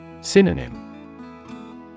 Synonym